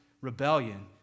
rebellion